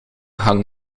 gang